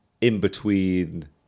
in-between